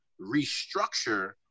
restructure